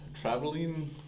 Traveling